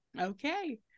Okay